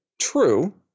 true